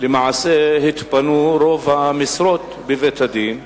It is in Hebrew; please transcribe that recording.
התפנו למעשה רוב המשרות בבית-הדין,